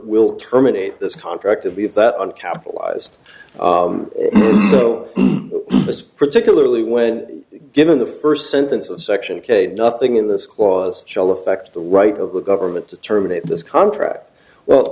will terminate this contract of the if that uncapitalized no particularly when given the first sentence of section k nothing in this clause shall effect the right of the government to terminate this contract well